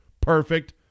Perfect